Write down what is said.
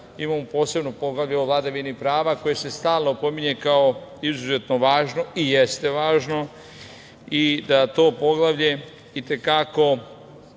imamo posebno poglavlje o vladavini prava, koje se stalno pominje kao izuzetno važno, i jeste važno, i da to poglavlje i te kako